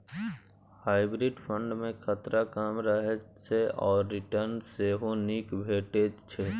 hybrid fund मे खतरा कम रहय छै आ रिटर्न सेहो नीक भेटै छै